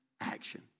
action